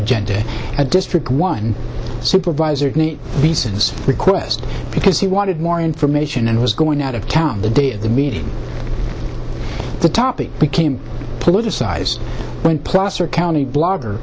agenda a district one supervisor visas request because he wanted more information and was going out of town the day of the meeting the topic became politicized when placer county blogger